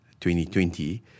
2020